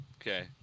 Okay